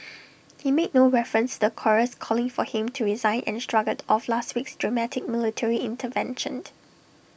he made no reference to the chorus calling for him to resign and shrugged off last week's dramatic military intervention